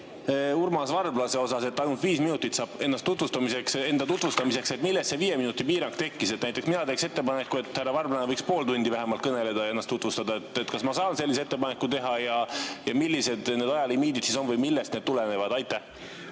Urmas Varblase puhul, et ta ainult viis minutit saab end tutvustada? Millest see viie minuti piirang tekkis? Näiteks mina teeks ettepaneku, et härra Varblane võiks vähemalt pool tundi kõneleda, ennast tutvustada. Kas ma saan sellise ettepaneku teha? Ja millised need ajalimiidid on või millest need tulenevad? Aitäh!